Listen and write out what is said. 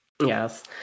Yes